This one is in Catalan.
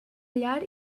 llar